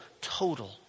total